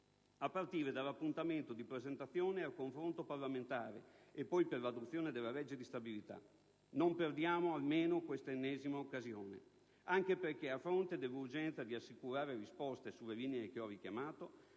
a partire dall'appuntamento di presentazione al confronto parlamentare e poi di discussione della legge di stabilità. Non perdiamo almeno quest'ennesima occasione, anche perché a fronte dell'urgenza di assicurare risposte sulle linee che ho richiamato,